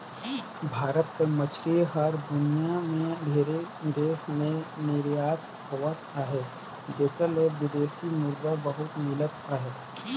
भारत कर मछरी हर दुनियां में ढेरे देस में निरयात होवत अहे जेकर ले बिदेसी मुद्रा बहुत मिलत अहे